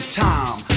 time